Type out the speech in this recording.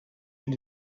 huit